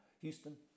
Houston